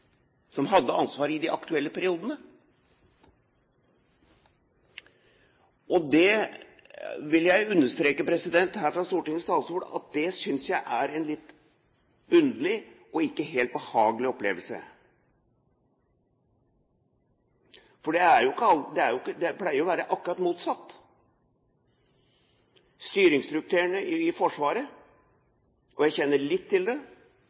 Det vil jeg understreke her fra Stortingets talerstol at jeg synes er en litt underlig og ikke helt behagelig opplevelse. Det pleier å være akkurat motsatt. Styringsstrukturene i Forsvaret – og jeg kjenner litt til dem, selv om jeg ikke skal påberope meg det så veldig mye – er normalt ikke til å